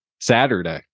saturday